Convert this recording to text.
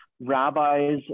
rabbis